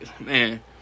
Man